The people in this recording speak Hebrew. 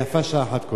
ויפה שעה אחת קודם.